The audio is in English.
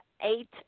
eight